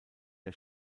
der